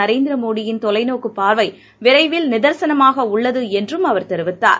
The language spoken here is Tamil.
நரேந்திரமோடியின் தொலைநோக்குபார்வைவிரைவில் நிதர்சனமாகஉள்ளதுஎன்றும் அவர் தெரிவித்தார்